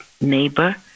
neighbor